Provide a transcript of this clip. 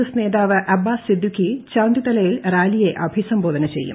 F നേതാവ് അബ്ബാസ് സിദ്ദിഖി ചാന്ദിത്തലയിൽ റാലിയെ അഭിസംബോധന ചെയ്യും